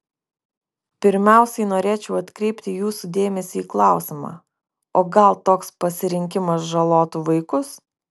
pirmiausiai norėčiau atkreipti jūsų dėmesį į klausimą o gal toks pasirinkimas žalotų vaikus